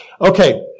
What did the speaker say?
Okay